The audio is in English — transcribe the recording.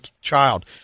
child